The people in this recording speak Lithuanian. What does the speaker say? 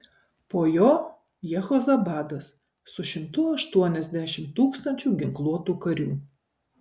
po jo jehozabadas su šimtu aštuoniasdešimt tūkstančių ginkluotų karių